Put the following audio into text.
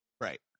right